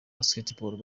basketball